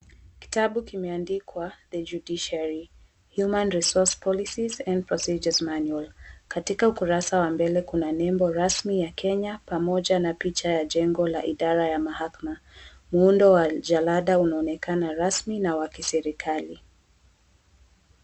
Kitabu kimeandikwa, 'The Judiciary Human Resource Policies and Procedures Manual'. Katika ukurasa wa mbele kuna nembo rasmi ya Kenya, pamoja na picha ya jengo la idara ya mahakama. Muundo wa jalada unaonekana rasmi na wa kiserikali.